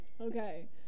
Okay